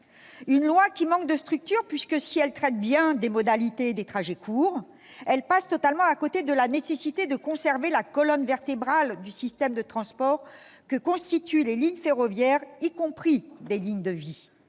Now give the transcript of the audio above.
une loi qui manque de structure puisque, si elle traite bien les mobilités des trajets courts, elle passe totalement à côté de la nécessité de conserver la colonne vertébrale du système de transport que constituent les lignes ferroviaires, y compris des lignes de vie.